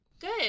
Good